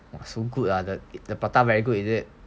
!wah! so good ah the the prata very good is it